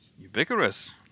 Ubiquitous